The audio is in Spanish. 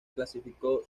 clasificó